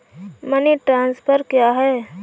Money transfer क्या है?